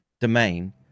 domain